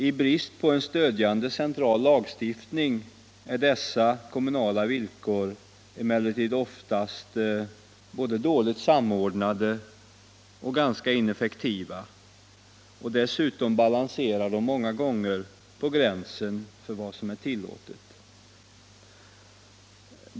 I brist på en stödjande central lagstiftning är dessa kommunala villkor emellertid i första hand både dåligt samordnande och ganska ineffektiva. Dessutom balanserar de många gånger på gränsen till vad som är tillåtet.